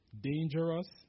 dangerous